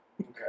Okay